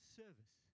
service